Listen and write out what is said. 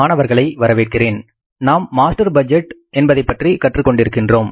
மாணவர்களை வரவேற்கிறேன் நாம் மாஸ்டர் பட்ஜெட் என்பதைப்பற்றி கற்றுக்கொண்டிருக்கின்றோம்